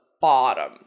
bottom